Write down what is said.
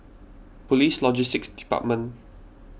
Police Logistics Department